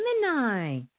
Gemini